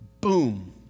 Boom